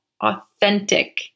authentic